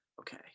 Okay